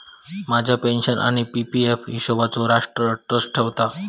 माझ्या पेन्शन आणि P P F हिशोबचो राष्ट्र ट्रस्ट ठेवता